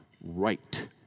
right